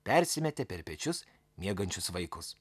persimetę per pečius miegančius vaikus